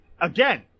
again